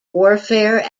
warfare